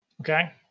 Okay